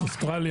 אוסטרליה,